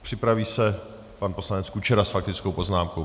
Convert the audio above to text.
Připraví se pan poslanec Kučera s faktickou poznámkou.